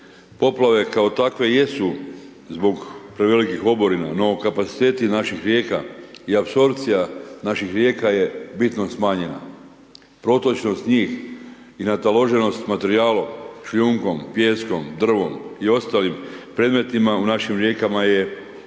Poplave kao takve jesu zbog prevelikih oborina, no, kapaciteti naših rijeka i apsorpcija naših rijeka je bitno smanjena. Protočnost njih i nataloženost s materijalom, šljunkom, pijeskom, drvom i ostalim predmetima, u našim rijekama je ogromna.